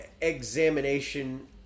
examination